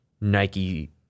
Nike